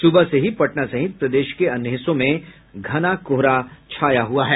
सुबह से ही पटना सहित प्रदेश के अन्य हिस्सों में घना कोहरा छाया हुआ है